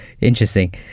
Interesting